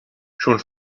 schon